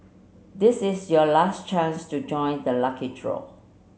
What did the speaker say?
this is your last chance to join the lucky draw